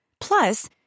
Plus